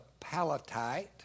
Palatite